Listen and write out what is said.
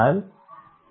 നമ്മൾ എന്താണ് ചെയ്തത്